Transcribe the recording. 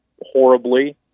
horribly